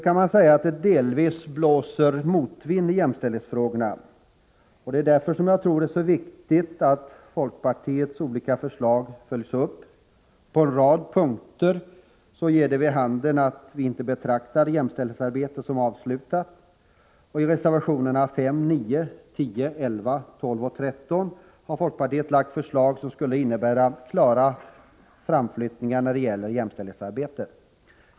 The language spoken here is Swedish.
Man kan säga att det nu blåser motvind i jämställdhetsfrågorna. Därför tror jag det är så viktigt att folkpartiets förslag följs upp. På en rad punkter ger detta vid handen att vi inte betraktar jämställdhetsarbetet som avslutat. I reservationerna 5, 9, 10, 11, 12 och 13 har folkpartiet lagt fram förslag som skulle innebära klara framflyttningar när det gäller jämställdhetsarbetet.